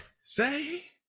say